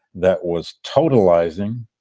that was totalizing,